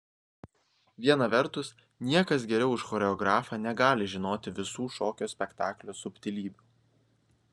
viena vertus niekas geriau už choreografą negali žinoti visų šokio spektaklio subtilybių